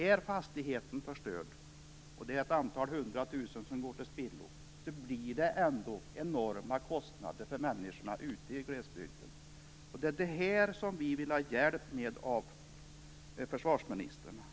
Om fastigheten är förstörd och ett antal hundratusen går till spillo blir det ändå enorma kostnader för människorna ute i glesbygden. Det är detta som vi vill ha hjälp med av försvarsministern.